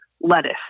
lettuce